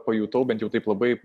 pajutau bent jau taip labai